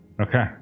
Okay